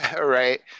Right